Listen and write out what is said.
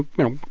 you know,